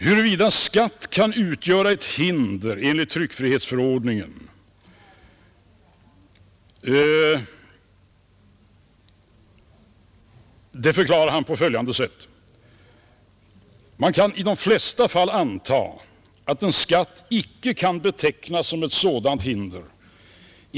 Huruvida skatt kan utgöra ett hinder enligt tryckfrihetsförordningen bedömer han så att man kan ”i de flesta fall anta att en skatt icke kan betecknas som ett sådant hinder.